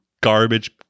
garbage